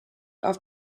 auf